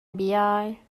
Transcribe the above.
بیای